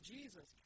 Jesus